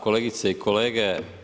Kolegice i kolege.